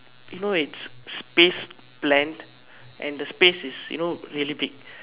you know it is space blank and the space is you know really big